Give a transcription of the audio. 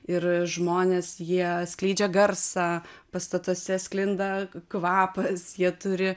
ir žmonės jie skleidžia garsą pastatuose sklinda kvapas jie turi